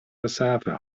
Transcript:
reserve